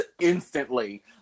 instantly